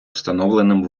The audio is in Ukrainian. встановленим